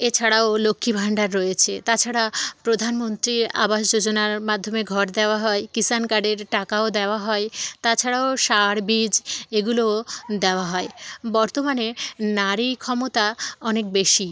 এছাড়াও লক্ষ্মীভাণ্ডার রয়েছে তাছাড়া প্রধানমন্ত্রী আবাস যোজনার মাধ্যমে ঘর দেওয়া হয় কিষান কার্ডের টাকাও দেওয়া হয় তাছাড়াও সার বীজ এগুলো দেওয়া হয় বর্তমানে নারী ক্ষমতা অনেক বেশি